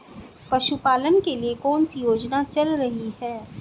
पशुपालन के लिए कौन सी योजना चल रही है?